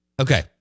Okay